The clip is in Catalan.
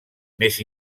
més